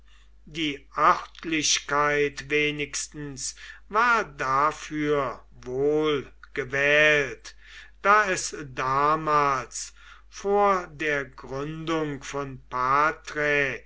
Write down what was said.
die örtlichkeit wenigstens war dafür wohl gewählt da es damals vor der gründung von